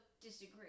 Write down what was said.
disagree